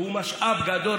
והוא משאב גדול,